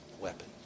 weapon